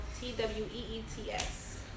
T-W-E-E-T-S